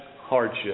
hardship